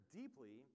deeply